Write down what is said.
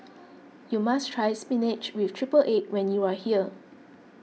you must try Spinach with Triple Egg when you are here